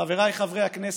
חבריי חברי הכנסת,